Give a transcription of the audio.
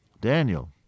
Daniel